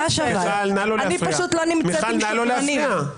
אני פשוט לא נמצאת עם שקרנים.